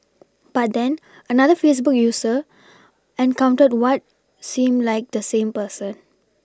but then another Facebook user encountered what seemed like the same person